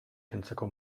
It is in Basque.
kentzeko